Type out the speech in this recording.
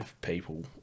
people